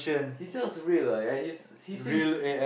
she's just real ah and he's he seems